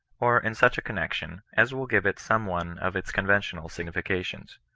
or in such a connexion, as will give it some one of its conventional significations,